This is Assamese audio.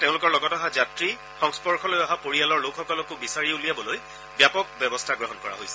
তেওঁলোকৰ লগত অহা যাত্ৰী সংস্পৰ্শলৈ অহা পৰিয়ালৰ লোকসকলোকো বিচাৰি উলিয়াবলৈ ব্যাপক ব্যৱস্থা গ্ৰহণ কৰা হৈছে